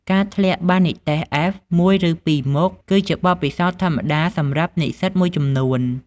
ការធ្លាក់បាននិទ្ទេស (F) មួយ ឬពីរមុខ គឺជាបទពិសោធន៍ធម្មតាសម្រាប់និស្សិតមួយចំនួន។